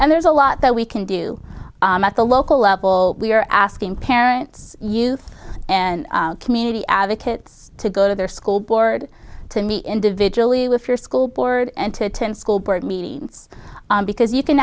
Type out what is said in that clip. and there's a lot that we can do at the local level we're asking parents youth and community advocates to go to their school board to me individually with your school board and to turn school board meetings because you can